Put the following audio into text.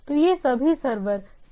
तो ये सभी सर्वर साइड एरर हैं